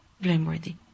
blameworthy